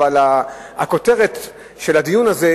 אבל הכותרת של הדיון הזה,